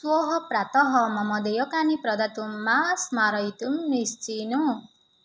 श्वः प्रातः मम देयकानि प्रदातुं मां स्मारयितुं निश्चिनु